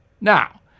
Now